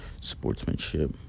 sportsmanship